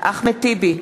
אחמד טיבי,